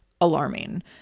alarming